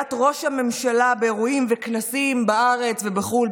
רעיית ראש הממשלה באירועים וכנסים בארץ ובחו"ל.